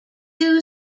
two